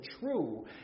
true